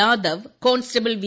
Yadav constable V